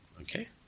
Okay